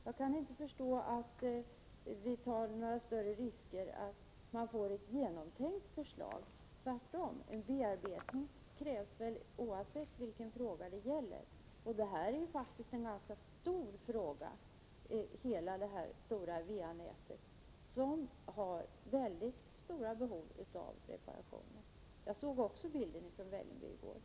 Jag kan inte förstå påståendet att vi skulle ta några större risker med ett genomtänkt förslag, tvärtom. En bearbetning krävs oavsett vilken fråga det gäller, och det här är faktiskt en ganska stor fråga. Det finns ett mycket stort behov av reparation av hela va-nätet. Även jag såg bilderna från Vällingby i går.